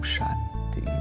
Shanti